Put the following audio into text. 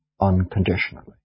unconditionally